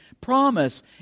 promise